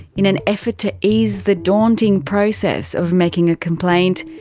in an effort to ease the daunting process of making a complaint,